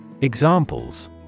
Examples